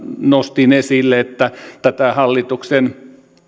nostin esille että tätä hallituksen